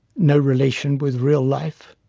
no relation with real life.